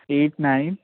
eight nine